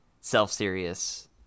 self-serious